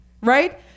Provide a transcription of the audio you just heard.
right